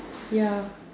ya